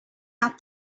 out